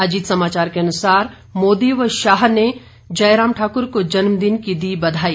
अजीत समाचार के अनुसार मोदी व शाह ने जयराम ठाकुर को जन्मदिन की दी बधाई